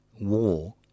war